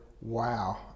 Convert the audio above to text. wow